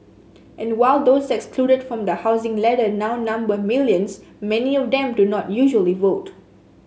and while those excluded from the housing ladder now number millions many of them do not usually vote